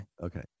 Okay